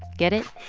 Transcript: get it? a